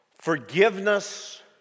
Forgiveness